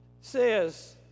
says